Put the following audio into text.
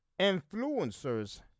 influencers